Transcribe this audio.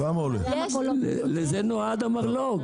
לזה נועד המרלו"ג.